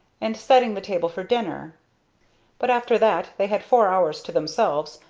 and setting the table for dinner but after that they had four hours to themselves,